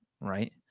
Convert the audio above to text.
right